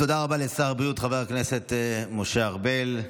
תודה רבה לשר הבריאות חבר הכנסת משה ארבל.